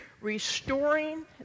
restoring